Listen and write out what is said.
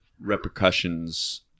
repercussions